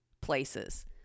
places